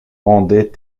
rendait